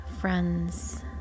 friends